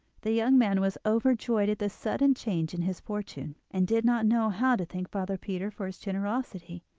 the young man was overjoyed at this sudden change in his fortunes, and did not know how to thank father peter for his generosity.